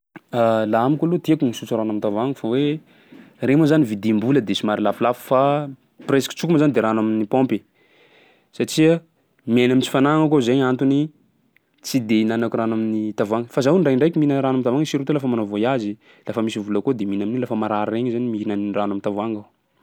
Laha amiko aloha tiako misotro rano am'tavoahangy fa hoe regny moa zany vidiam-bola de somary lafolafo fa presque sotroako moa zany de rano amin'ny paompy satsia miaina am'tsy fanagnako aho, zay gny antony tsy de ihinanako rano amin'ny tavoahangy fa zaho ndraindraiky mihina rano am'tavoahangy surtout lafa manao voyage, lafa misy vola koa de mihina an'io lafa marary regny zany mihina ny rano amin'ny tavoahangy.